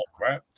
right